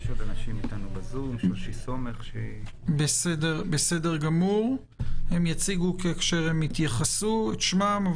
יש אנשים בזום והם יציגו את שמם כאשר יתייחסו.